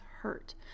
hurt